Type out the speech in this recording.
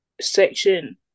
section